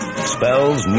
Spells